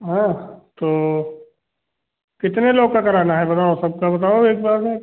हाँ तो कितने लोग का कराना है बताओ सबका बताओ एक बार में